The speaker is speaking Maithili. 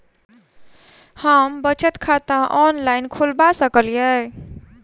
हम बचत खाता ऑनलाइन खोलबा सकलिये?